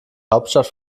hauptstadt